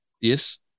Yes